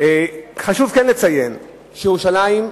כן חשוב לציין שירושלים,